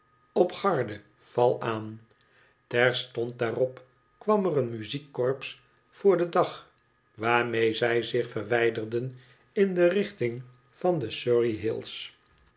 op garde val aan terstond daarop kwam er een muziekkorps voor den dag waarmee zij zich verwijderden in de richting van de surrey hills